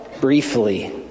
briefly